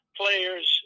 players